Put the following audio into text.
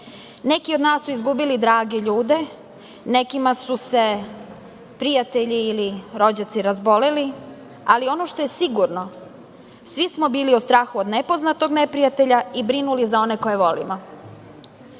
isti. Neki od nas su izgubili drage ljude, nekima su se prijatelji ili rođaci razboleli, ali, ono što je sigurno, svi smo bili u strahu od nepoznatog neprijatelja i brinuli za one koje volimo. Ima